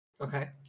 Okay